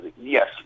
Yes